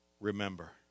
remember